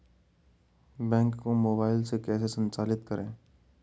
Bank को mobile में कैसे संचालित करें?